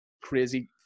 crazy